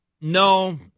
no